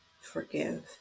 forgive